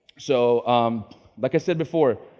so um like i said before,